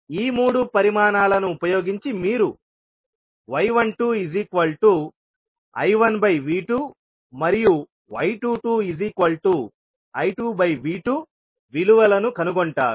ఈ మూడు పరిమాణాలను ఉపయోగించి మీరు y12I1V2 మరియు y22I2V2విలువలను కనుగొంటారు